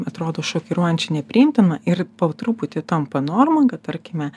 atrodo šokiruojančiai nepriimtina ir po truputį tampa norma kad tarkime